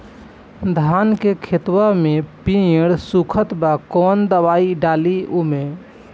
धान के खेतवा मे पेड़ सुखत बा कवन दवाई डाली ओमे?